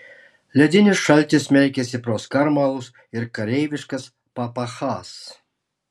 ledinis šaltis smelkėsi pro skarmalus ir kareiviškas papachas